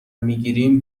میگیریم